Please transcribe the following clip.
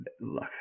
look